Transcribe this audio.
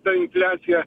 ta infliacija